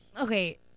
Okay